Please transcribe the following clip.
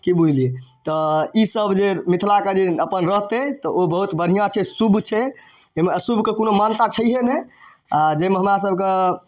कि बुझलिए तऽ ईसब जे मिथिलाके अपन जे रहतै तऽ ओ बहुत बढ़िआँ छै शुभ छै एहिमे अशुभके कोनो मानता छैहे नहि आओर जाहिमे हमरासबके